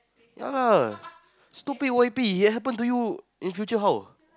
ya lah stupid why happy it happen to you in future how